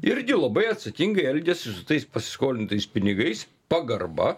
irgi labai atsakingai elgėsi su tais paskolintais pinigais pagarba